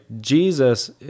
jesus